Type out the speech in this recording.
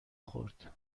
خورد